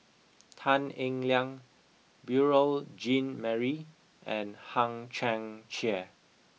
Tan Eng Liang Beurel Jean Marie and Hang Chang Chieh